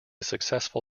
successful